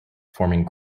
forming